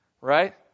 right